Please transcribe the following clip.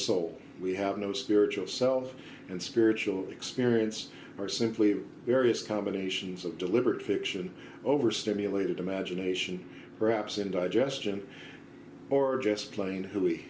soul we have no spiritual self and spiritual experience are simply various combinations of deliberate fiction overstimulated imagination perhaps indigestion or just plain who we